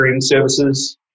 Services